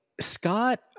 Scott